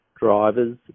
drivers